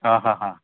હા હા હા